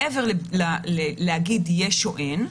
מעבר להגיד יש או אין,